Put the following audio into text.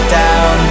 down